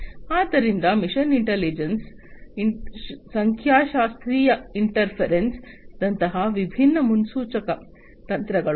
ಆದ್ದರಿಂದ machine intelligence ಸಂಖ್ಯಾಶಾಸ್ತ್ರೀಯ interference ದಂತಹ ವಿಭಿನ್ನ ಮುನ್ಸೂಚಕ ತಂತ್ರಗಳು